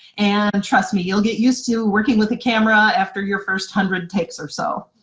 and trust me, you'll get used to working with the camera after your first hundred takes or so.